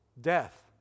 death